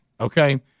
okay